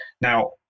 Now